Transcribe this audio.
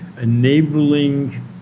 enabling